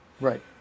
right